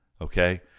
okay